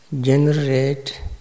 generate